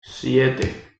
siete